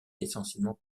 essentiellement